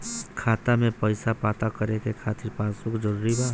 खाता में पईसा पता करे के खातिर पासबुक जरूरी बा?